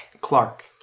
Clark